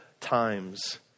times